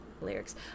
lyrics